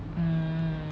mm